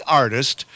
artist